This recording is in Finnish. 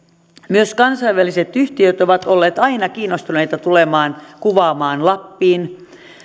myös kansainväliset yhtiöt ovat olleet aina kiinnostuneita tulemaan kuvaamaan lappiin